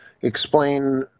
explain